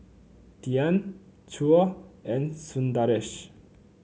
Dhyan Choor and Sundaresh